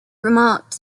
remarked